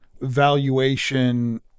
valuation